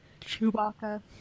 Chewbacca